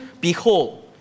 behold